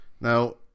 Now